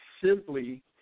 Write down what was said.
simply